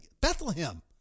Bethlehem